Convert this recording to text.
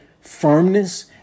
firmness